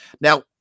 now